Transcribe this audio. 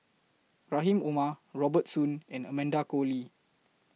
Rahim Omar Robert Soon and Amanda Koe Lee